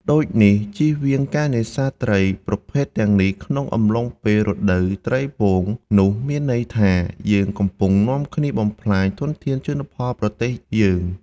ដូចនេះជៀសវាងការនេសាទត្រីប្រភេទទាំងនេះ ក្នុងកំឡុងពេលរដូវត្រីពង នោះមានន័យថា យើងកំពុងនាំគ្នាបំផ្លាញធនធានជលផលរបស់ប្រទេសយើង។